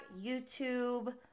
YouTube